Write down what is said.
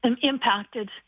impacted